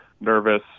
nervous